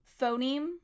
phoneme